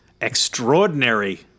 extraordinary